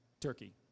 turkey